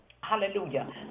Hallelujah